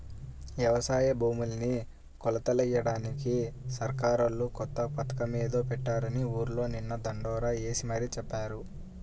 యవసాయ భూముల్ని కొలతలెయ్యడానికి సర్కారోళ్ళు కొత్త పథకమేదో పెట్టారని ఊర్లో నిన్న దండోరా యేసి మరీ చెప్పారు